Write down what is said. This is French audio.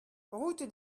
route